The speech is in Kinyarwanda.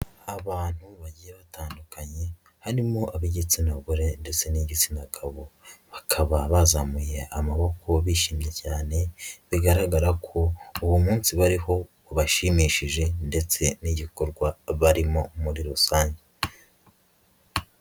Abantu bagiye batandukanye harimo ab'igitsina gore ndetse n'igitsina gabo, bakaba bazamuye amaboko bishimye cyane, bigaragara ko uwo munsi bariho ubashimishije ndetse n'igikorwa barimo muri rusange.